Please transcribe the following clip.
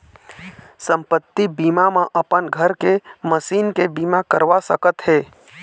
संपत्ति बीमा म अपन घर के, मसीन के बीमा करवा सकत हे